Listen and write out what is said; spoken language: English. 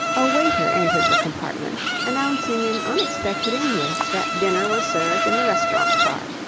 a waiter entered the compartment, announcing in unexpected english that dinner was served in the restaurant car.